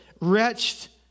wretched